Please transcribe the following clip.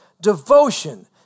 devotion